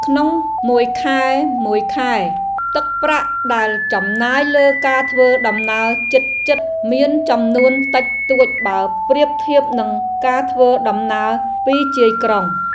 ក្នុងមួយខែៗ ទឹកប្រាក់ដែលចំណាយលើការធ្វើដំណើរជិតៗ មានចំនួនតិចតួចបើប្រៀបធៀបនឹងការធ្វើដំណើរពីជាយក្រុង។